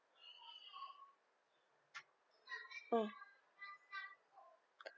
mm